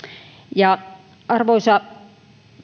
arvoisa